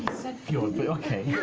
said fjord, but okay.